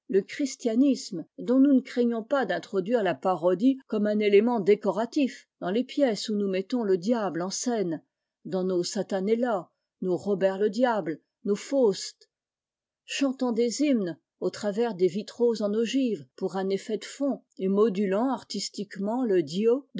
christianisme dont nous ne craignons pas d'introduire la parodie comme un élément décoratif dans les pièces où nous mettons le diable enscène dans nos satane ta i nos robertle diable nos faust chantant deshymnes au travers des vitraux en ogive pour un effet de fond et modulant artistiquement le bio